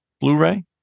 blu-ray